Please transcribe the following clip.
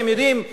אתם יודעים,